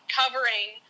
covering